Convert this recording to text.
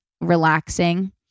Relaxing